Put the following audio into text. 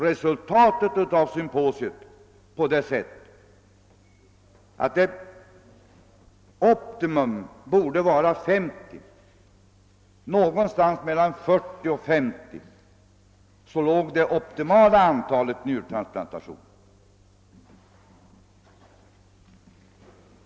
Resultatet av symposiet sammanfattades så att ett optimum för antalet utförda njurtransplantationer vid ett sjukhus borde ligga vid 40—50 per år.